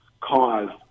caused